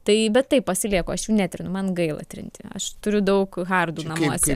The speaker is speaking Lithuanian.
tai bet taip pasilieku aš jų netrinu man gaila trinti aš turiu daug hardų namuose